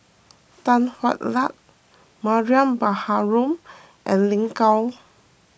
Tan Hwa Luck Mariam Baharom and Lin Gao